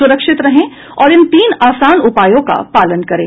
सुरक्षित रहें और इन तीन आसान उपायों का पालन करें